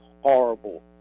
horrible